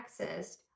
accessed